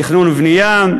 תכנון בנייה,